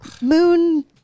moon